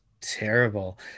terrible